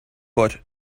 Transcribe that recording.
but